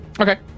Okay